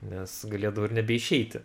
nes galėdavo ir nebeišeiti